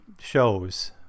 shows